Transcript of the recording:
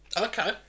okay